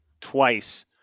twice